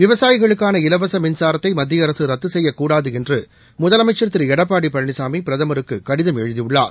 விவசாயிகளுக்காள இலவச மின்சாரத்தை மத்திய அரசு ரத்து செய்யக்கூடாது என்று முதலமைச்சா் திரு எடப்பாடி பழனிசாமி பிரதமருக்கு கடிதம் எழுதியுள்ளார்